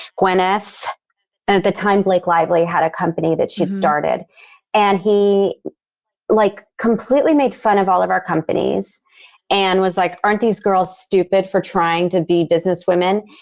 gwyneth. and at the time, blake lively had a company that she'd started and he like completely made fun of all of our companies and was like, aren't these girls stupid for trying to be business women?